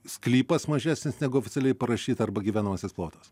sklypas mažesnis negu oficialiai parašyta arba gyvenamasis plotas